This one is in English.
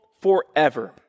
forever